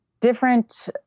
different